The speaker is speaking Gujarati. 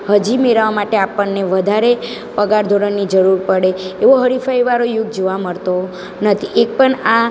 હજી મેળવવા માટે આપણને વધારે પગાર ધોરણની જરૂર પડે એવો હરીફાઈવાળો યુગ જોવા મળતો નથી એક પણ આ